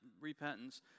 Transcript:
repentance